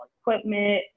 equipment